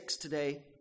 today